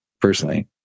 personally